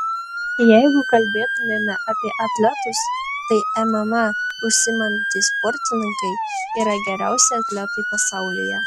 jeigu kalbėtumėme apie atletus tai mma užsiimantys sportininkai yra geriausi atletai pasaulyje